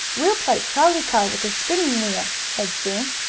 we'll play trolley car with the spinning wheel! said sue.